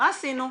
מה עשינו?